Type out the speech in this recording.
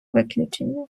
виключення